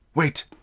Wait